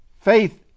faith